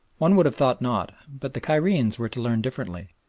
one would have thought not, but the cairenes were to learn differently.